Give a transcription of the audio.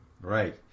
Right